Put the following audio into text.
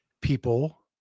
people